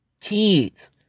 kids